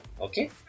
okay